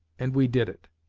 and we did it.